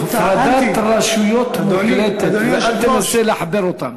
זו הפרדת רשויות מוחלטת, ואל תנסה לחבר אותן.